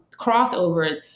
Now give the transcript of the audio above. crossovers